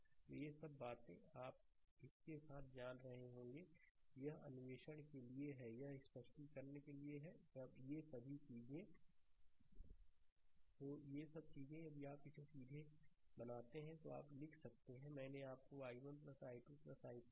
तो ये सब बातें आप इसके साथ जान रहे होंगे यह अन्वेषण के लिए है यह स्पष्टीकरण के लिए है अब ये सभी चीजें स्लाइड समय देखें 3127 तो यह सब चीजें यदि आप इसे और इसे सीधे बनाते हैं तो आप लिख सकते हैं मैंने आपको i1 i2 i4 0 कहा था अब आप इन सभी के संदर्भ में i1 i2 और i3 जानते हैं